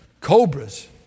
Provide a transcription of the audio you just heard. cobras